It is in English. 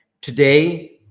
today